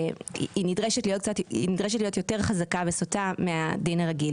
החובה נדרשת להיות יותר חזקה וסוטה מהדין הרגיל,